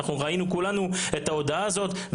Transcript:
אנחנו ראינו כולנו את ההודעה הזאת.